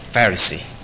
Pharisee